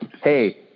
hey